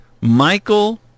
Michael